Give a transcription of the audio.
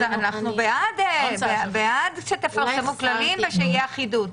אנחנו בעד שתפרסמו כללים ושתהיה אחידות.